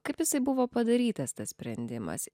kaip jisai buvo padarytas tas sprendimas